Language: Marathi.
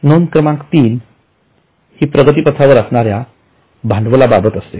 नोंद क्रमांक ३ हि प्रगतीपथावर असणाऱ्या भांडवलाबाबत असते